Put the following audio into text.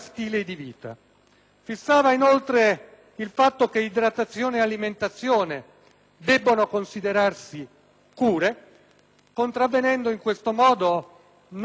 Stabiliva inoltre che idratazione e alimentazione debbano considerarsi cure, contravvenendo in questo modo non solamente